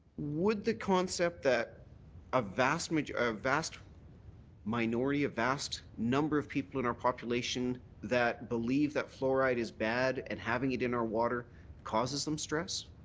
would the concept that a vast majority a vast minority a vast number of people in our population that believe that fluoride is bad and having it in our water causes them stress?